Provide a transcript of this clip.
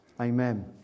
Amen